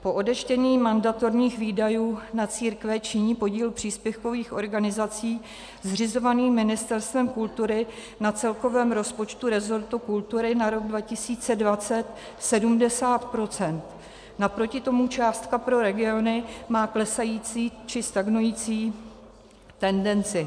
Po odečtení mandatorních výdajů na církve činí podíl příspěvkových organizací zřizovaných Ministerstvem kultury na celkovém rozpočtu resortu kultury na rok 2020 70 %, naproti tomu částka pro regiony má klesající či stagnující tendenci.